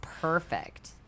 perfect